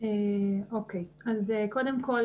קודם כול,